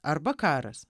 arba karas